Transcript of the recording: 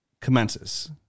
commences